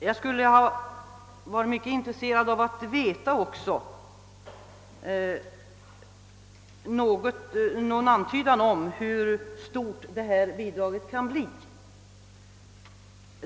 Det skulle vara mycket intressant att också få någon antydan om hur stort det bidraget kan bli.